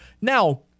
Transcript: Now